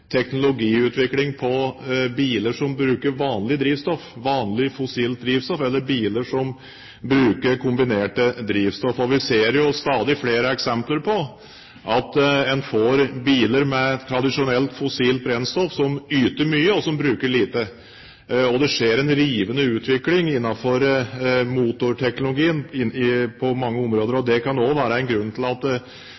teknologiutvikling når det gjelder biler som bruker vanlig fossilt drivstoff, eller biler som bruker fossilt drivstoff i kombinasjon med andre drivstoff. Vi ser stadig flere eksempler på at en får biler med tradisjonelt fossilt brennstoff som yter mye, og som bruker lite. Det er på mange områder en rivende utvikling innenfor motorteknologien.